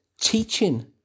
teaching